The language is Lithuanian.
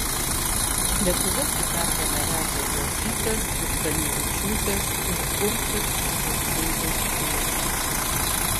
lietuves į pergalę vedė jocytės zdanevičiūtės ir urtės čižauskaitės trio